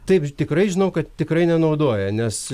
taip tikrai žinau kad tikrai nenaudoja nes